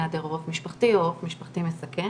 היעדר עורף משפחתי או עורף משפחתי מסכן,